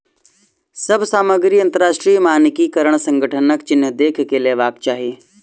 सभ सामग्री अंतरराष्ट्रीय मानकीकरण संगठनक चिन्ह देख के लेवाक चाही